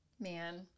Man